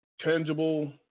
tangible